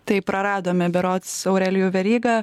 taip praradome berods aurelijų verygą